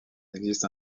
existe